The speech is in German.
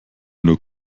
nur